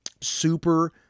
Super